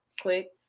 quick